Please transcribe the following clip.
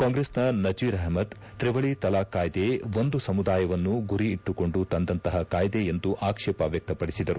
ಕಾಂಗ್ರೆಸ್ನ ನಜೀರ್ ಅಷ್ಮದ್ ತ್ರಿವಳಿ ತಲಾಕ್ ಕಾಯ್ವೆ ಒಂದು ಸಮುದಾಯವನ್ನು ಗುರಿ ಇಟ್ಟುಕೊಂಡು ತಂದಂತಹ ಕಾಯ್ವೆ ಎಂದು ಆಕ್ಷೇಪ ವ್ಯಕ್ತಪಡಿಸಿದರು